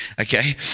Okay